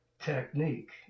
technique